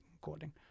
coding